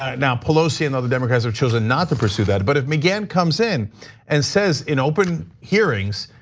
ah now pelosi and other democrats have chosen not to pursue that. but if mcgahn comes in and says in open hearings,